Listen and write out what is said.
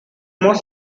more